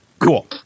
Cool